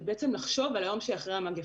לחשוב על היום שאחרי המגיפה.